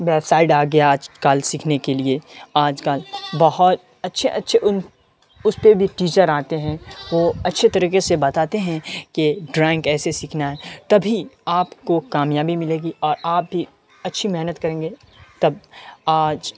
web site آ گیا آج کل سیکھنے کے لیے آج کل بہت اچّھے اچّھے ان اس پہ بھی ٹیچر آتے ہیں وہ اچّھے طریقے سے بتاتے ہیں کہ ڈرائنگ کیسے سیکھنا ہے تبھی آپ کو کامیابی ملے گی اور آپ بھی اچّھی محنت کریں گے تب آج